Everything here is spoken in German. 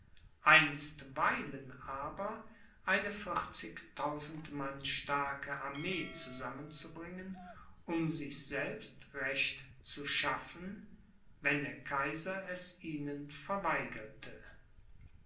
einstweilen aber eine vierzigtausend mann starke armee zusammenzubringen um sich selbst recht zu schaffen wenn der kaiser es ihnen verweigerte